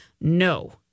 No